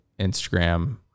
Instagram